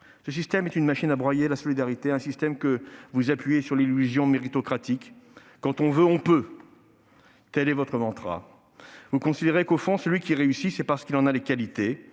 Ce système est une machine à broyer la solidarité, un système que vous appuyez sur l'illusion méritocratique :« quand on veut, on peut », tel est votre mantra. Vous considérez qu'au fond celui qui « réussit », c'est parce qu'il en a les qualités